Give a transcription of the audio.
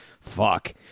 Fuck